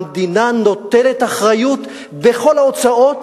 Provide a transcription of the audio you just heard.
המדינה נוטלת אחריות בכל ההוצאות,